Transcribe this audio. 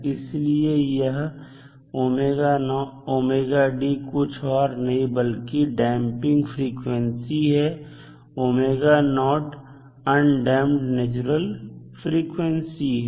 इसलिए यह कुछ और नहीं बल्कि डैंपिंग फ्रीक्वेंसी है और अंडैमप नेचुरल फ्रीक्वेंसी है